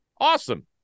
Awesome